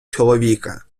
чоловіка